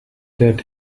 that